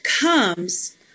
comes